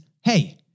hey